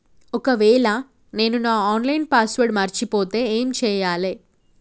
ఒకవేళ నేను నా ఆన్ లైన్ పాస్వర్డ్ మర్చిపోతే ఏం చేయాలే?